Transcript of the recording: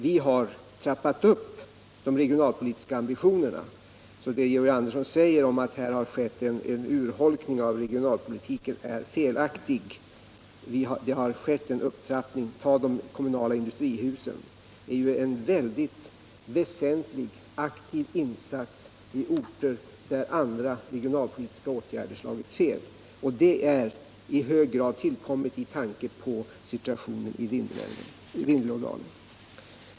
Vi har trappat upp de regionalpolitiska ambitionerna, så det Georg Andersson säger om att det har skett en urholkning av regionalpolitiken är felaktigt. Det har skett en upptrappning. Ta de kommunala industrihusen t.ex. — det är en mycket väsentlig, aktiv insats för orter där andra regionalpolitiska åtgärder slagit fel. Och det är en åtgärd som i hög grad tillkommit med tanke på situationen i Vindelådalen.